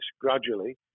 gradually